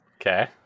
Okay